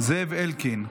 זאב אלקין.